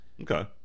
Okay